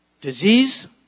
disease